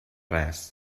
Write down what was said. res